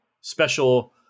special